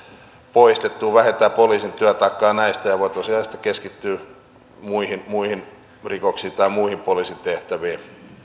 poistettua vähentää poliisin työtaakkaa näistä ja voi tosiaan sitten keskittyä muihin muihin rikoksiin tai muihin poliisitehtäviin